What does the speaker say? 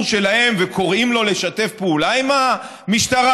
שלהם וקוראים לו לשתף פעולה עם המשטרה?